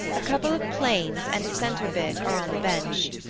a couple of planes and a centrebit are on the bench.